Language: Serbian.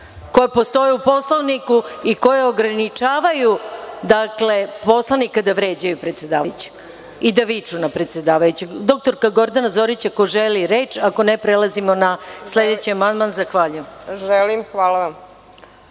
koje postoje u Poslovniku i koje ograničavaju poslanika da vređaju predsedavajućeg i da viču na predsedavajućeg. Doktorka Gordana Zorić, ako želi reč, ako ne prelazimo na sledeći amandman. Zahvaljujem. **Gordana